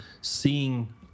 seeing